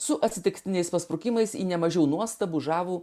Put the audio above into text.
su atsitiktiniais pasprukimas į nemažiau nuostabų žavų